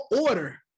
order